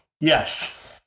Yes